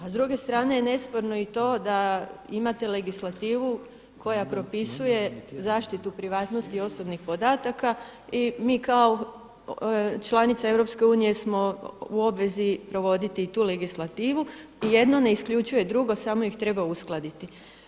A s druge strane je i nesporno to da imate legislativu koja propisuje zaštitu privatnosti osobnih podataka i mi kao članica Europske unije smo u obvezi provoditi i tu legislativu i jedno ne isključuje drugo samo ih treba uskladiti.